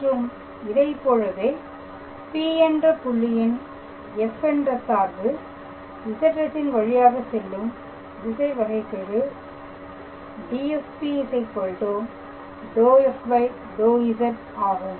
மற்றும் இதைப்போலவே P என்ற புள்ளியின் f என்ற சார்பு Z அச்சின் வழியாக செல்லும் திசை வகைகெழு DfP ∂f∂z ஆகும்